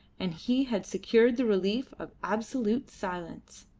and he had secured the relief of absolute silence.